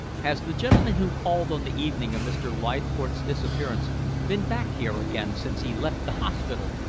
has the gentleman who called on the evening of mr. leithcourt's disappearance been back here again since he left the hospital?